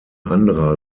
anderer